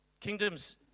Kingdoms